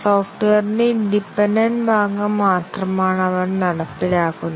സോഫ്റ്റ്വെയറിന്റെ ഇൻഡിപെൻഡെന്റ് ഭാഗം മാത്രമാണ് അവർ നടപ്പിലാക്കുന്നത്